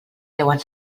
deuen